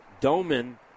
Doman